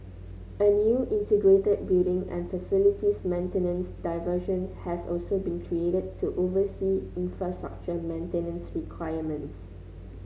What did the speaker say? a new integrated building and facilities maintenance division has also been created to oversee infrastructure maintenance requirements